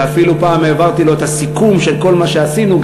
ואפילו פעם העברתי לו את הסיכום של כל מה שעשינו,